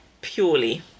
purely